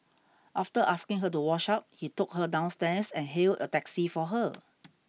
after asking her to wash up he took her downstairs and hailed a taxi for her